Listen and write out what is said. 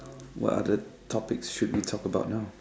what other topic should we talk about now